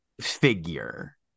figure